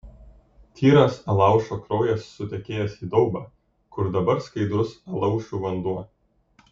tyras alaušo kraujas sutekėjęs į daubą kur dabar skaidrus alaušų vanduo